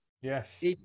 Yes